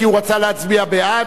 כי הוא רצה להצביע בעד.